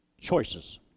choices